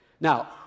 Now